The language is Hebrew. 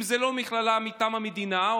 אם זו לא מכללה מטעם המדינה,